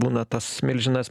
būna tas milžinas